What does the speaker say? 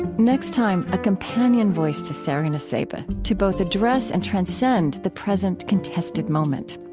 next time, a companion voice to sari nusseibeh to both address and transcend the present contested moment.